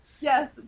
Yes